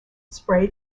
spray